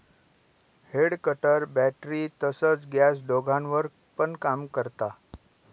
head cutter battery तसच gas दोघांवर पण काम करत